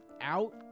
out